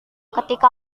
ketika